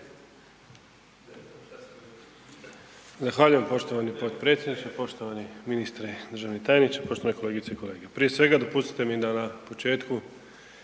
Zahvaljujem poštovani potpredsjedniče, poštovani ministre i državni tajniče, poštovane kolegice i kolege. Prije svega dopustite mi da na početku